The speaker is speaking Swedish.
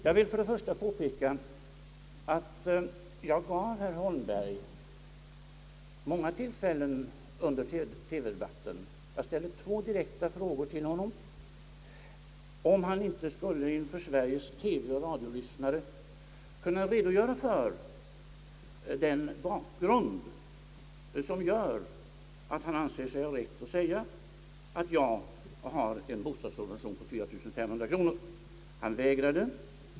Jag vill först och främst påpeka att jag under TV-debatten gav herr Holmberg många tillfällen och ställde två direkta frågor till honom, om han inte skulle inför Sveriges TV och radio lyssnare kunna redogöra för den bakgrund som gör att han anser sig berättigad att säga, att jag har en bostadssubvention på 4500 kronor. Han vägrade.